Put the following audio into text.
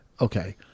Okay